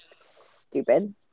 stupid